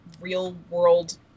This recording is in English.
real-world